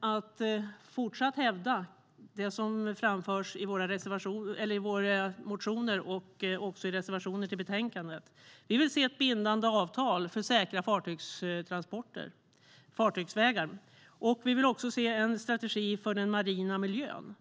att fortsätta att hävda det som framförs i våra motioner och också i reservationen till betänkandet. Vi vill se ett bindande avtal för säkra fartygsvägar, och vi vill också se en strategi för den marina miljön.